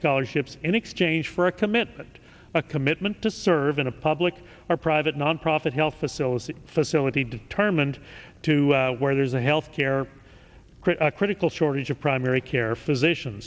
scholarships in exchange for a commitment a commitment to serve in a public or private nonprofit health facility facility determined to where there's a health care create a critical shortage of primary care physician